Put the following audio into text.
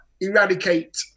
eradicate